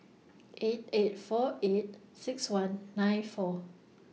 eight eight four eight six one nine four